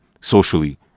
socially